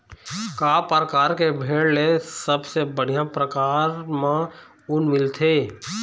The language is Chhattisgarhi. का परकार के भेड़ ले सबले बढ़िया परकार म ऊन मिलथे?